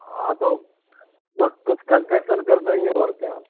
हाँ तो सर कुछ कंसेसन कर देंगे और क्या